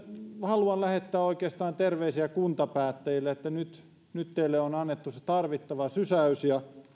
haluan oikeastaan lähettää terveisiä kuntapäättäjille että nyt nyt teille on annettu se tarvittava sysäys ja